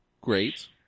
Great